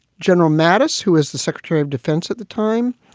general mattis, who is the secretary of defense at the time,